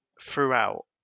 throughout